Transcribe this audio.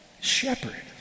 shepherd